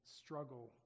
struggle